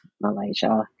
Malaysia